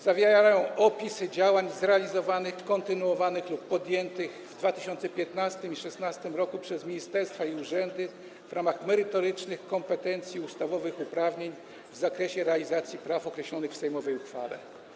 Zawiera ona opisy działań zrealizowanych, kontynuowanych lub podjętych w 2015 r. i 2016 r. przez ministerstwa i urzędy w ramach merytorycznych kompetencji i ustawowych uprawnień w zakresie realizacji praw określonych w sejmowej uchwale.